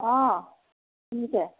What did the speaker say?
অঁ শুনিছে